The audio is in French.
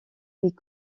est